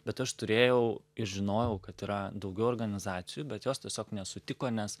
bet aš turėjau ir žinojau kad yra daugiau organizacijų bet jos tiesiog nesutiko nes